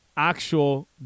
actual